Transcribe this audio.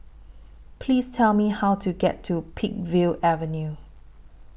Please Tell Me How to get to Peakville Avenue